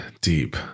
deep